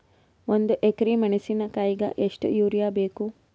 ಒಂದ್ ಎಕರಿ ಮೆಣಸಿಕಾಯಿಗಿ ಎಷ್ಟ ಯೂರಿಯಬೇಕು?